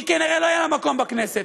כנראה לא יהיה לה מקום בכנסת.